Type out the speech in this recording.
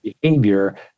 behavior